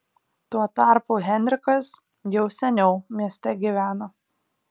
tuo tarpu henrikas jau seniau mieste gyveno